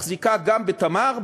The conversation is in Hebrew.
מחזיקה גם ב"תמר",